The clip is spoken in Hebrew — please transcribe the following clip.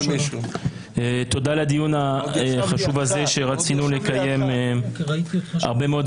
תודה על הדיון החשוב הזה שרצינו לקיים זמן רב.